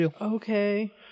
Okay